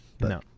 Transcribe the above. No